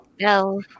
no